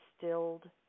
distilled